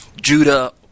Judah